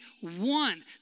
one